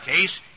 case